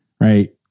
right